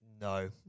no